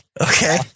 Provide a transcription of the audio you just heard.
okay